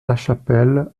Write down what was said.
lachapelle